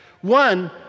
One